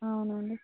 అవును